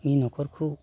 नि न'खरखौ